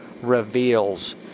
reveals